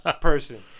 person